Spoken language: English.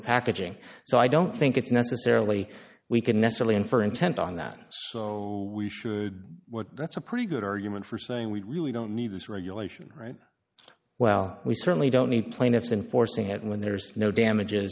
packaging so i don't think it's necessarily we can nestle in for intent on that so we should what that's a pretty good argument for saying we really don't need this regulation right well we certainly don't need plaintiffs in force ahead when there's no damages